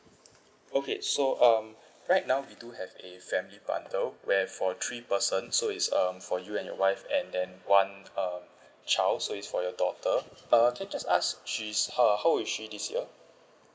okay so um right now we do have a family bundle where for three person so it's um for you and your wife and then one uh child so is for your daughter err can I just ask she's ha~ how old she this year